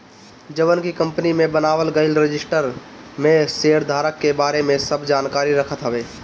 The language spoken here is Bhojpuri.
जवन की कंपनी में बनावल गईल रजिस्टर में शेयरधारक के बारे में सब जानकारी रखत हवे